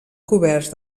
coberts